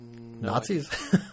Nazis